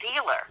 dealer